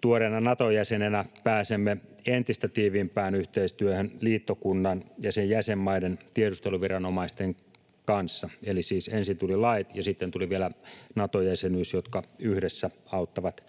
tuoreena Naton jäsenenä pääsemme entistä tiiviimpään yhteistyöhön liittokunnan ja sen jäsenmaiden tiedusteluviranomaisten kanssa. Eli siis ensin tulivat lait, ja sitten tuli vielä Nato-jäsenyys, ja ne yhdessä auttavat